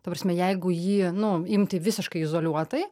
ta prasme jeigu jį nu imti visiškai izoliuotai